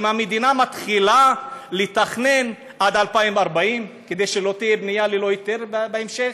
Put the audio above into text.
האם המדינה מתחילה לתכנן עד 2040 כדי שלא תהיה בנייה ללא היתר בהמשך?